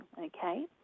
okay